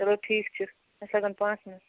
چلو ٹھیٖک چھُ اَسہِ لگن پانٛژھ مِنٛٹ